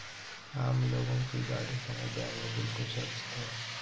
आम लोगों की गाढ़ी कमाई बैंक में बिल्कुल सुरक्षित है